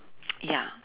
ya